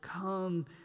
come